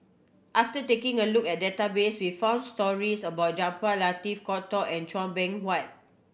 after taking a look at the database we found stories about Jaafar Latiff and Chua Beng Huat